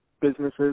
businesses